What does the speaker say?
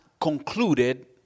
concluded